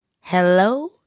Hello